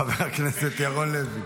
חבר הכנסת ירון לוי.